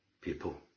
people